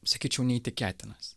sakyčiau neįtikėtinas